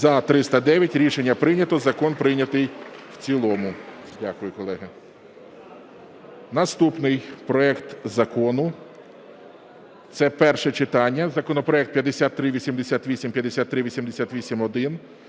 За-309 Рішення прийнято. Закон прийнятий в цілому. Дякую, колеги. Наступний проект закону, це перше читання, законопроект 5388, 5388-1.